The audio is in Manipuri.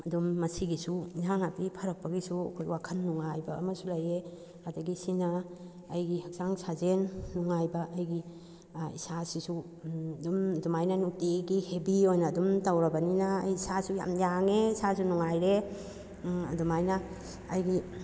ꯑꯗꯨꯝ ꯃꯁꯤꯒꯤꯁꯨ ꯌꯦꯟꯁꯥꯡ ꯅꯥꯄꯤ ꯐꯔꯛꯄꯒꯤꯁꯨ ꯑꯩꯈꯣꯏ ꯋꯥꯈꯟ ꯅꯨꯡꯉꯥꯏꯕ ꯑꯃꯁꯨ ꯂꯩꯌꯦ ꯑꯗꯨꯗꯒꯤ ꯁꯤꯅ ꯑꯩꯒꯤ ꯍꯛꯆꯥꯡ ꯁꯥꯖꯦꯟ ꯅꯨꯡꯉꯥꯏꯕ ꯑꯩꯒꯤ ꯏꯁꯥꯁꯤꯁꯨ ꯑꯗꯨꯝ ꯑꯗꯨꯃꯥꯏꯅ ꯅꯨꯡꯇꯤꯒꯤ ꯍꯦꯕꯤ ꯑꯣꯏꯅ ꯑꯗꯨꯝ ꯇꯧꯔꯕꯅꯤꯅ ꯑꯩ ꯏꯁꯥꯁꯨ ꯌꯥꯝ ꯌꯥꯡꯉꯦ ꯏꯁꯥꯁꯨ ꯅꯨꯡꯉꯥꯏꯔꯦ ꯑꯗꯨꯃꯥꯏꯅ ꯑꯩꯒꯤ